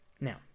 Now